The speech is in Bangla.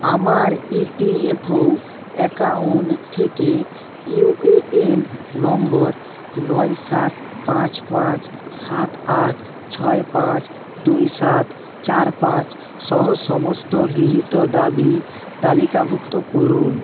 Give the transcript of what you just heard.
আমার ইপিএফও অ্যাকাউন্ট থেকে ইউএএন নম্বর নয় সাত পাঁচ পাঁচ সাত আট ছয় পাঁচ দুই সাত চার পাঁচ সহ সমস্ত গৃহীত দাবি তালিকাভুক্ত করুন